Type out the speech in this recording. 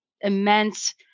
immense